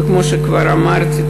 וכמו שכבר אמרתי,